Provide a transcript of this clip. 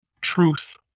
truth